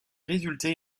résulté